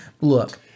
Look